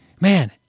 man